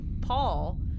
Paul